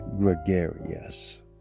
Gregarious